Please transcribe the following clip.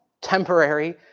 temporary